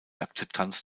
akzeptanz